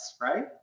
right